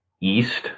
East